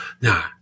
Now